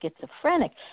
schizophrenic